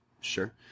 Sure